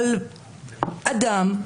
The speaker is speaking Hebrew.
על אדם,